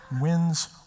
wins